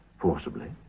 forcibly